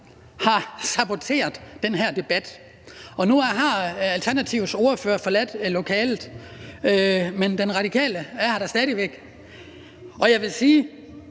har saboteret den her debat. Nu har Alternativets ordfører forladt lokalet, men den radikale ordfører er her da stadig væk, og jeg vil sige,